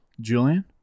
Julian